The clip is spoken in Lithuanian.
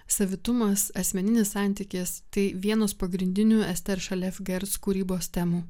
savitumas asmeninis santykis tai vienos pagrindinių ester šalevgerc kūrybos temų